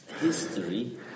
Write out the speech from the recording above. history